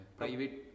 private